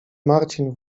marcin